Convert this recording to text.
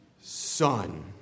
son